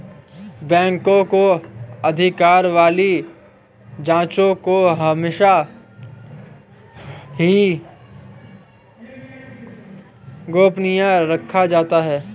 बैंकों के अधिकार वाली जांचों को हमेशा ही गोपनीय रखा जाता है